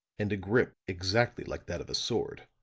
and a grip exactly like that of a sword.